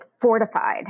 fortified